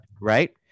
Right